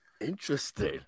Interesting